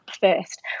first